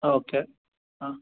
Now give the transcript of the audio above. okay ஆ